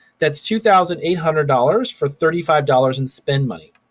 that's two thousand eight hundred dollars for thirty five dollars in spend money.